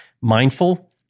Mindful